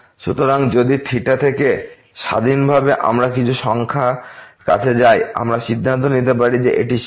সুতরাং যদি থিটা থেকে স্বাধীনভাবে আমরা কিছু সংখ্যার কাছে যাই আমরা সিদ্ধান্ত নিতে পারি যে এটি সীমা